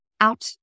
out